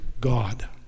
God